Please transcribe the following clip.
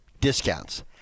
discounts